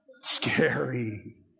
Scary